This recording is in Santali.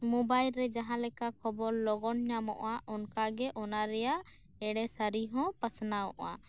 ᱢᱳᱵᱟᱭᱤᱞ ᱨᱮ ᱡᱟᱦᱟᱸᱞᱮᱠᱟ ᱞᱚᱜᱚᱱ ᱠᱷᱚᱵᱚᱨ ᱧᱟᱢᱚᱜᱼᱟ ᱚᱱᱠᱟ ᱜᱮ ᱮᱲᱮ ᱥᱟᱹᱨᱤ ᱦᱚᱸ ᱯᱟᱥᱱᱟᱣᱚᱜᱼᱟ